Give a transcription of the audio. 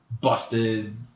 busted